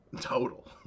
total